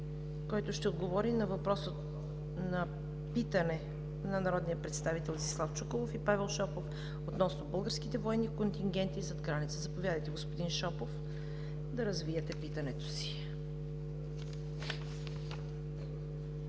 който ще отговори на питане на народните представители Десислав Чуколов и Павел Шопов относно българските военни контингенти зад граница. Заповядайте, господин Шопов, да развиете питането си.